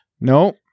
No